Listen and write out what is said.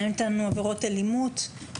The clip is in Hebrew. מעניין אותנו עבירות אלימות,